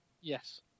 Yes